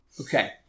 Okay